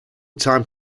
time